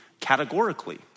categorically